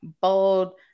bold